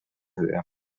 höhe